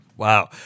Wow